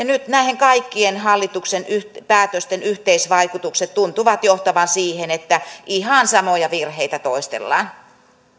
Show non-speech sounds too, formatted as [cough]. [unintelligible] nyt näiden kaikkien hallituksen päätösten yhteisvaikutukset tuntuvat johtavan siihen että ihan samoja virheitä toistellaan